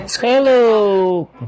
Hello